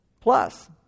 Plus